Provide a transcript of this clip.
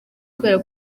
kubera